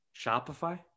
Shopify